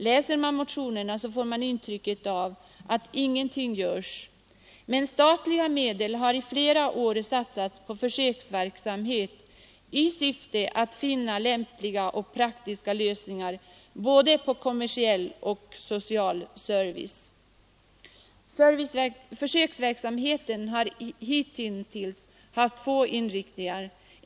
Läser man motionerna får man ett intryck av att ingenting görs, men statliga medel har i flera år satsats på försöksverksamhet i syfte att finna lämpliga och praktiska lösningar i fråga om både kommersiell och social service. Försöksverksamheten har hitintills haft två inriktningar.